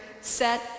set